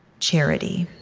charity